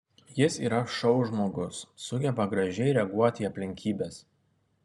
jis yra šou žmogus sugeba gražiai reaguoti į aplinkybes